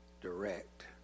direct